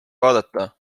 vaadata